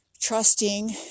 trusting